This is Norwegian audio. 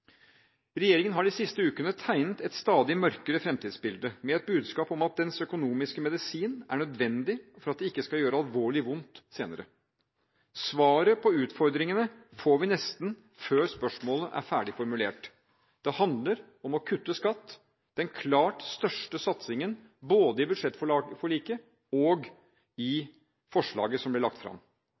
Regjeringen har de siste ukene tegnet et stadig mørkere fremtidsbilde, med et budskap om at dens økonomiske medisin er nødvendig for at det ikke skal gjøre alvorlig vondt senere. Svaret på utfordringene får vi nesten før spørsmålet er ferdig formulert: Det handler om å kutte skatt, den klart største satsingen både i budsjettforliket og i forslaget som ble lagt fram.